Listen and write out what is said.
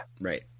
Right